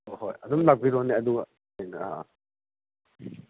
ꯍꯣꯍꯣꯏ ꯑꯗꯨꯝ ꯂꯥꯛꯄꯤꯔꯣꯅꯦ ꯑꯗꯨꯒ ꯑ ꯑꯥ